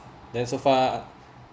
then so far